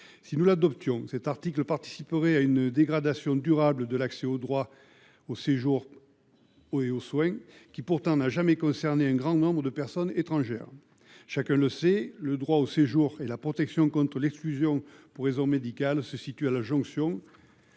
Si nous l’adoptions, cet article participerait à une dégradation durable de l’accès au droit au séjour pour raisons médicales, qui n’a pourtant jamais concerné un grand nombre d’étrangers. Chacun le sait, le droit au séjour et la protection contre l’exclusion pour raisons médicales se situent à la jonction